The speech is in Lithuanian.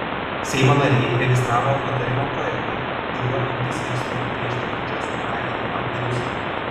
seimo nariai registravo nutarimo projektą kuriuo imtis veiksmų prieš patyčias raginama vyriausybė